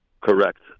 Correct